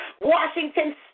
Washington